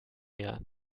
mehr